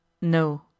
No